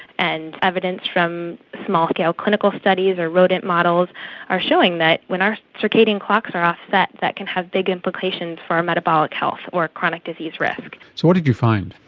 and evidence from small-scale clinical studies or rodent models are showing that when our circadian clocks are um offset, that can have big implications for our metabolic health or chronic disease risk. so what did you find?